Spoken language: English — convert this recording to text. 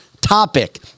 topic